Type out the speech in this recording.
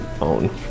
own